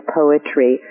poetry